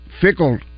fickle